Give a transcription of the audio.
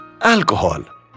Alcohol